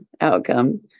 outcome